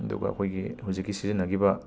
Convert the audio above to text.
ꯑꯗꯨꯒ ꯑꯈꯣꯏꯒꯤ ꯍꯧꯖꯤꯛꯀꯤ ꯁꯤꯖꯤꯟꯅꯒꯤꯕ